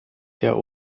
der